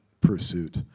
pursuit